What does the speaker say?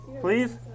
Please